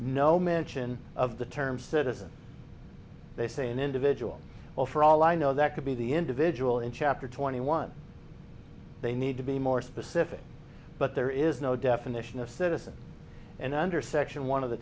no mention of the term citizen they say an individual or for all i know that could be the individual in chapter twenty one they need to be more specific but there is no definition of citizen and under section one of the